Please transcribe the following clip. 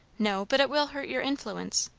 no but it will hurt your influence.